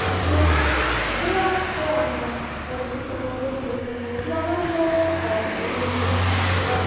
কিন্ত এই শীতের আমেজকে আমরা আমাদের শীতের মধ্যে খেজুর গুড় নানান ধরনের হয় এবং আমাদের কৃষকরা